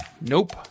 Nope